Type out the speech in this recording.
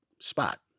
spot